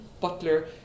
Butler